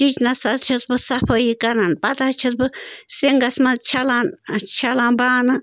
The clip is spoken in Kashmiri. کِچنَس حظ چھَس بہٕ صفٲیی کَران پتہٕ حظ چھَس بہٕ سِنٛگَس منٛز چھَلان چھَلان بانہٕ